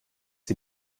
die